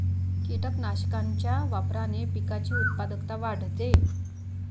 कीटकनाशकांच्या वापराने पिकाची उत्पादकता वाढते